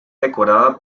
decorada